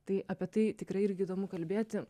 tai apie tai tikrai irgi įdomu kalbėti